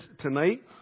tonight